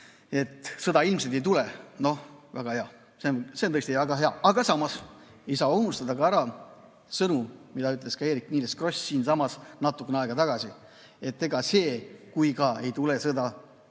Sõda ilmselt ei tule. Noh, väga hea! See on tõesti väga hea! Aga samas ei saa unustada ära sõnu, mis ütles Eerik-Niiles Kross siinsamas natuke aega tagasi: ega see, kui ka ei tule sõda,